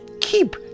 keep